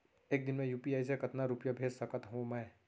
एक दिन म यू.पी.आई से कतना रुपिया भेज सकत हो मैं?